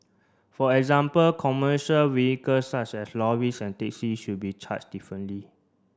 for example commercial vehicles such as lorries and taxis should be charged differently